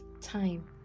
time